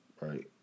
right